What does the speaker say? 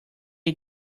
ate